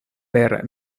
per